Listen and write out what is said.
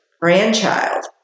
grandchild